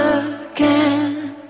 again